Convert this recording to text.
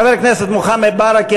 חבר הכנסת מוחמד ברכה,